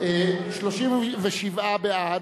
37 בעד,